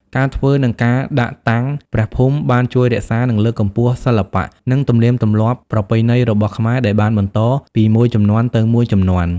ការធ្វើ និងការដាក់តាំងព្រះភូមិបានជួយរក្សានិងលើកកម្ពស់សិល្បៈ និងទំនៀមទម្លាប់ប្រពៃណីរបស់ខ្មែរ ដែលបានបន្តពីមួយជំនាន់ទៅមួយជំនាន់។